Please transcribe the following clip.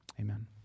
Amen